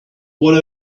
what